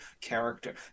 character